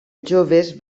joves